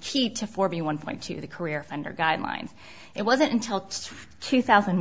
she to forty one point two the career under guidelines it wasn't until two thousand